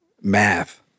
Math